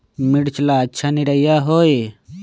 मिर्च ला अच्छा निरैया होई?